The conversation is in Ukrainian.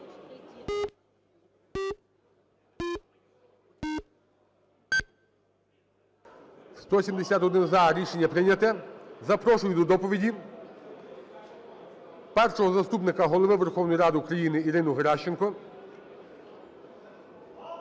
За-171 Рішення прийнято. Запрошую до доповіді Першого заступника Голови Верховної Ради України Ірину Геращенко.